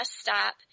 stop